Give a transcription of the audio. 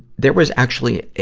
there was actually a,